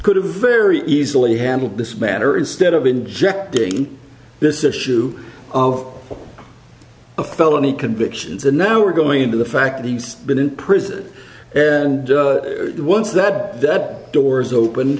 have very easily handled this matter instead of injecting this issue of a felony convictions and now we're going to the fact that he's been in prison and once that that door's open